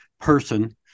person